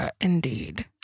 indeed